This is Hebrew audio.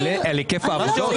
על היקף העבודות?